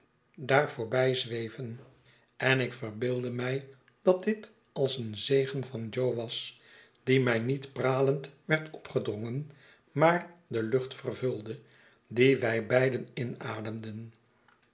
daar voorbijzweven en ik verbeeldde mij dat dit als een zegen van jo was die mij niet pralend werd opgedrongen maar de lucht vervulde die wij beiden inademden